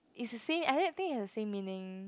is the same I really think is the same meaning